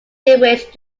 jewish